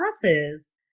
classes